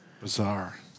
Bizarre